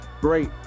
Great